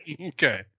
Okay